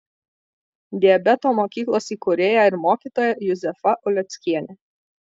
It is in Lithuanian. diabeto mokyklos įkūrėja ir mokytoja juzefa uleckienė